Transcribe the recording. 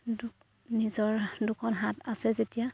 দুখ নিজৰ দুখন হাত আছে যেতিয়া